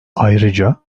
ayrıca